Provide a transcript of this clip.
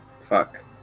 fuck